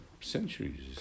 centuries